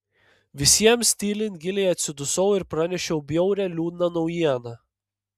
visiems tylint giliai atsidusau ir pranešiau bjaurią liūdną naujieną